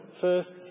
first